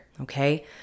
okay